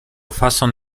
fason